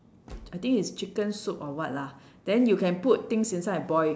I think is chicken soup or what lah and then you can put things inside and boil